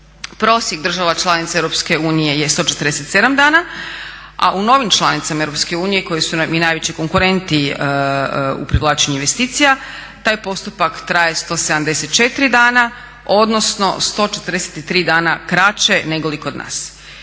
Prosjek država članica EU je 147 dana a u novim članicama EU koje su nam i najveći konkurenti u privlačenju investicija taj postupak traje 174 dana odnosno 143 dana kraće negoli kod nas.